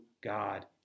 God